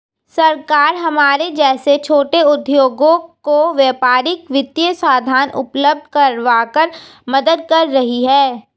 सरकार हमारे जैसे छोटे उद्योगों को व्यापारिक वित्तीय साधन उपल्ब्ध करवाकर मदद कर रही है